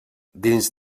dins